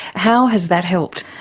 how has that helped?